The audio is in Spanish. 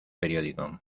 periódico